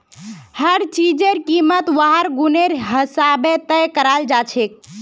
हर चीजेर कीमत वहार गुनेर हिसाबे तय कराल जाछेक